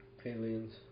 Aliens